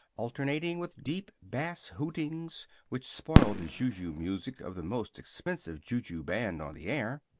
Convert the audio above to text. alternating with deep-bass hootings, which spoiled the ju-ju music of the most expensive ju-ju band on the air.